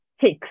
six